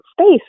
space